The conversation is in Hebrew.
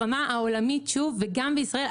ברמה העולמית וגם בישראל,